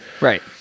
right